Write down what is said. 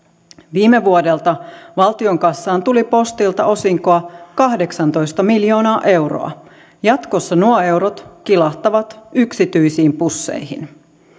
viime vuodelta valtion kassaan tuli postilta osinkoa kahdeksantoista miljoonaa euroa jatkossa nuo eurot kilahtavat yksityisiin pusseihin